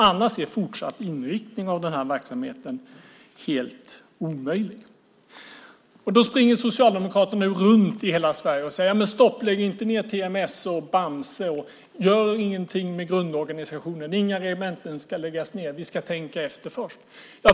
Annars är fortsatt inriktning av denna verksamhet helt omöjlig. Då springer Socialdemokraterna runt i Sverige och säger: Stopp! Lägg inte ned TMS och Bamse. Gör ingenting med grundorganisationen. Inga regementen ska läggas ned. Vi ska tänka efter först.